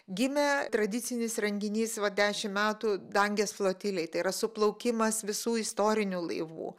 gimė tradicinis renginys va dešim metų dangės flotilėj tai yra suplaukimas visų istorinių laivų